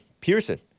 Pearson